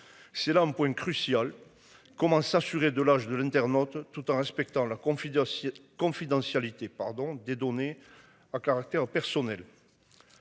C'est là un point crucial. Comment s'assurer de l'âge de l'internaute. Tout en respectant la confidence. Confidentialité pardon des données à caractère personnel.